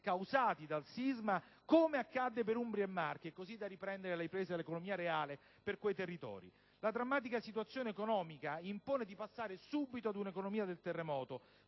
causa del sisma, così come è stato fatto per Umbria e Marche, al fine di favorire la ripresa dell'economia reale per quei territori. La drammatica situazione economica impone di passare subito ad un'economia del terremoto,